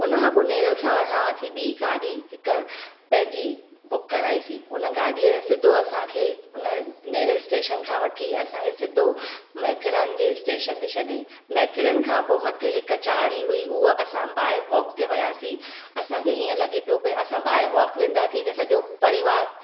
उनखां पोइ नेरल खां असां अची बी गाॾी हिकु पंहिंजी बुक कराईसीं उन गाॾीअ सीधो असांखें हुन नेरल स्टेशन खां वठी असांखे सीधो माथेरान जे स्टेशन ते छॾईं माथेरान खां पोइ मथे हिकु चाढ़ी हुई उहा असां बाइ वॉक ते वियासीं असांखे हीअं लॻे पियो भई असां ॿाइ वॉक वेंदासीं त सॼो परिवार